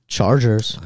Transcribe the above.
Chargers